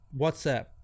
WhatsApp